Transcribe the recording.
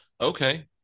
Okay